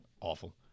Awful